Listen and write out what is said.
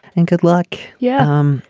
and good luck. yeah. um